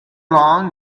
long